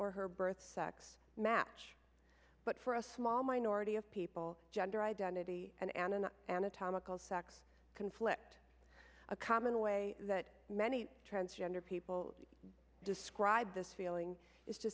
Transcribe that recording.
or her birth sex match but for a small minority of people gender identity and an and anatomical sex conflict a common way that many transgender people describe this feeling is to